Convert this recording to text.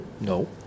No